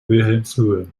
wilhelmshöhe